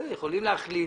יכולים להחליט